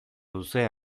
duzue